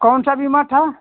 कौन सा बीमा था